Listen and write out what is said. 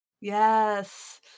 Yes